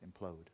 implode